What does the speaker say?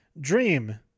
dream